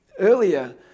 earlier